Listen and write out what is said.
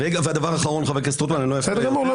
והדבר האחרון, חבר הכנסת רוטמן -- בסדר גמור.